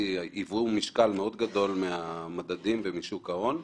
היוו משקל מאוד גדול מהמדדים ומשוק ההון.